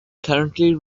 currently